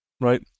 right